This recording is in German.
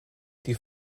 die